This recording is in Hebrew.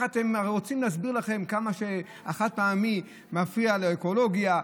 רוצים להסביר לכם כמה שהחד-פעמי מפריע לאקולוגיה,